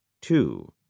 two